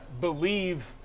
believe